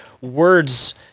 words –